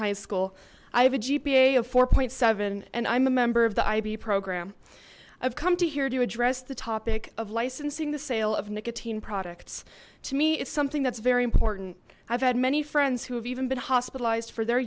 high school i have a g p a of four point seven and i'm a member of the ib program i've come to here to address the topic of licensing the sale of nicotine products to me it's something that's very important i've had many friends who have even been hospitalized for their